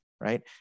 right